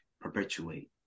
perpetuate